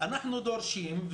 אנחנו דורשים,